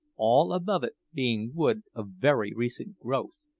all above it being wood of very recent growth.